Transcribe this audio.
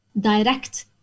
direct